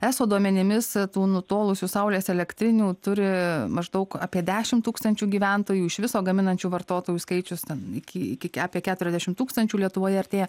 eso duomenimis tų nutolusių saulės elektrinių turi maždaug apie dešimt tūkstančių gyventojų iš viso gaminančių vartotojų skaičius ten iki iki kep apie keturiasdešim tūkstančių lietuvoje artėja